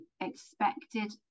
expected